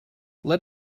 let